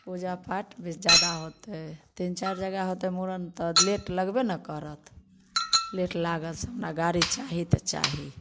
पूजा पाठ भी जादा होतय तीन चारी जगह होतय मूड़न तऽ लेट लगबे नऽ करत लेट लागत हमरा गाड़ी चाही तऽ चाही